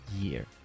year